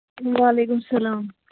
وعلیکُم السلام